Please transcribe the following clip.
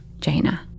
Jaina